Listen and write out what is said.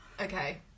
Okay